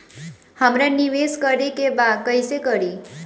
हमरा निवेश करे के बा कईसे करी?